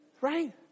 Right